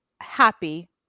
happy